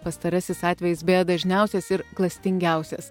pastarasis atvejis beje dažniausias ir klastingiausias